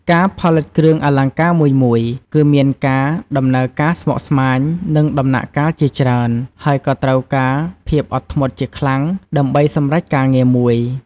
ការផលិតគ្រឿងអលង្ការមួយៗ គឺមានការដំណើរការស្មុគស្មាញ និងដំណាក់កាលជាច្រើន ហើយក៏ត្រូវការភាពអត់ធ្មត់ជាខ្លាំង ដើម្បីសម្រចការងារមួយ។